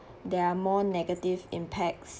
there are more negative impacts